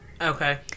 Okay